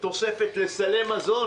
תוספת לסלי מזון,